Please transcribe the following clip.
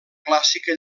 clàssica